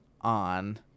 on